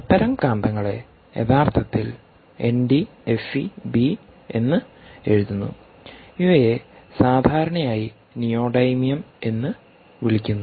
അത്തരം കാന്തങ്ങളെ യഥാർത്ഥത്തിൽ എന്ന് എഴുതുന്നു ഇവയെ സാധാരണയായി നിയോഡീമിയം എന്ന് വിളിക്കുന്നു